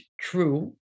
true